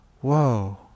Whoa